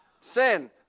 sin